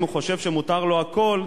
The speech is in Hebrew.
אם הוא חושב שמותר לו הכול,